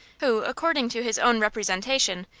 who, according to his own representation,